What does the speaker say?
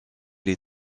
les